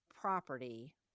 property